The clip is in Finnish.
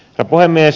herra puhemies